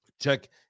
Check